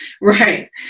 right